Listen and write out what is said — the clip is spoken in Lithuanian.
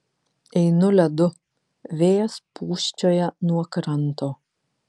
einu ledu vėjas pūsčioja nuo kranto